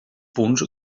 punts